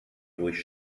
durch